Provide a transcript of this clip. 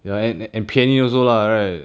ya and 便宜 also lah right